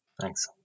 Thanks